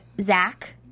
Zach